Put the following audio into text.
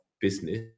business